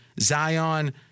Zion